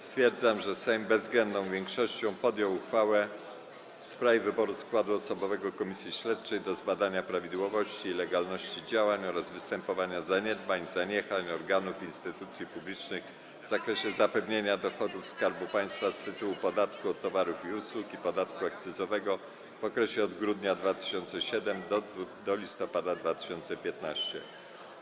Stwierdzam, że Sejm bezwzględną większością podjął uchwałę w sprawie wyboru składu osobowego Komisji Śledczej do zbadania prawidłowości i legalności działań oraz występowania zaniedbań i zaniechań organów i instytucji publicznych w zakresie zapewnienia dochodów Skarbu Państwa z tytułu podatku od towarów i usług i podatku akcyzowego w okresie od grudnia 2007 r. do listopada 2015 r.